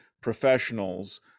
professionals